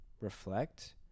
reflect